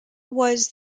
was